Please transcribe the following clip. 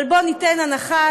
אבל בואו ניתן הנחה.